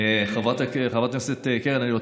חברת הכנסת ברק.